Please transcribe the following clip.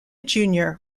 junior